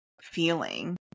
feeling